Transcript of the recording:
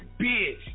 bitch